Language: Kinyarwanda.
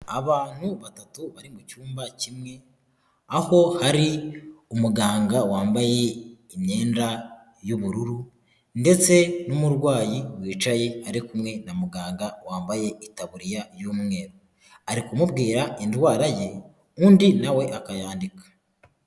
Abantu batatu bari mu cyumba kimwe aho ari umuganga wambaye imyenda y'ubururu ndetse n'umurwayi wicaye ari kumwe na muganga wambaye itaburiya y'umweru ari kumubwira indwara ye undi nawe akayandika.